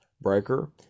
Breaker